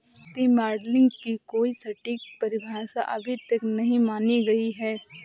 वित्तीय मॉडलिंग की कोई सटीक परिभाषा अभी तक नहीं मानी गयी है